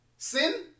Sin